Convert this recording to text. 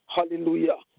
Hallelujah